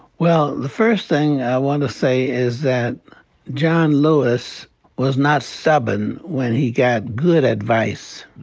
well, the first thing i wanna say is that john lewis was not stubborn when he got good advice.